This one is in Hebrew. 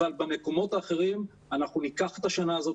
אבל במקומות האחרים אנחנו ניקח את השנה הזאת